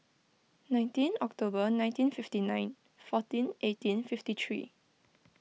nineteen October nineteen fifty nine fourteen eighteen fifty three